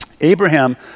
Abraham